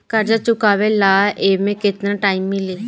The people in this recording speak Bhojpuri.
कर्जा चुकावे ला एमे केतना टाइम मिली?